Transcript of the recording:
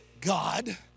God